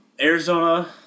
Arizona